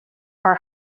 are